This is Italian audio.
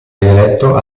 rieletto